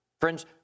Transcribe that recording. Friends